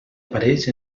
apareix